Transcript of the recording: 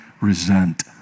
resent